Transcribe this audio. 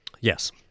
Yes